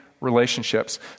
relationships